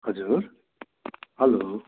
हजुर हेलो